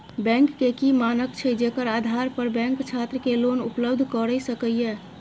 Bank के की मानक छै जेकर आधार पर बैंक छात्र के लोन उपलब्ध करय सके ये?